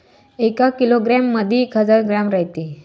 एका किलोग्रॅम मंधी एक हजार ग्रॅम रायते